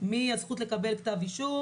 מהזכות לקבל כתב אישום,